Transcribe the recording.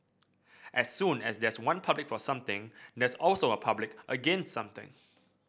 as soon as there's one public for something there's also a public against something